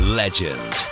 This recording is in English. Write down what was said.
legend